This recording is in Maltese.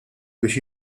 biex